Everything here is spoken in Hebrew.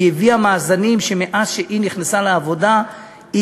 היא הביאה מאזנים שהראו שמאז שהיא נכנסה לעבודה היא